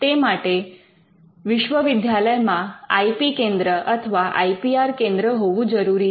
તે માટે વિશ્વવિદ્યાલયમાં આઇ પી કેન્દ્ર અથવા આઈ પી આર કેન્દ્ર હોવું જરૂરી છે